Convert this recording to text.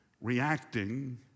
reacting